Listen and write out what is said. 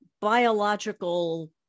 biological